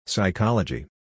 Psychology